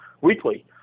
weekly